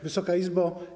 Wysoka Izbo!